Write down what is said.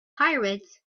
pirates